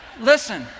Listen